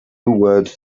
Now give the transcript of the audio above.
words